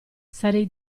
sarei